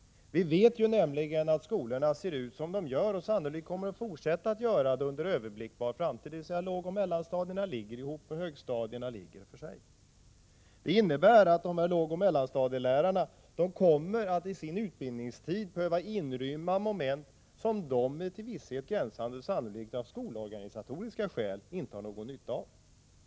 Vi vet nämligen att skolorna ser ut som de gör och sannolikt kommer att fortsätta att göra det under överblickbar framtid, dvs. att lågoch mellanstadierna ligger ihop medan högstadierna ligger för sig. Det innebär att lågoch mellanstadielärarnas utbildning kommer att inrymma moment som de med till visshet gränsande sannolikhet av skolorganisatoriska skäl inte har någon nytta av.